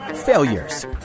Failures